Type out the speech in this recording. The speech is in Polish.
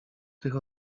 tych